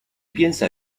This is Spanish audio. piensa